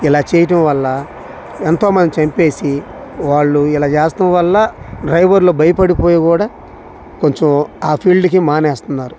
ఇలా చేయటం వల్ల ఎంతో మంది చంపేసి వాళ్ళు ఇలా చేయటం వల్ల డ్రైవర్లు భయపడి పోయి కూడా కొంచెం ఆ ఫీల్డ్కి మానేస్తూ ఉన్నారు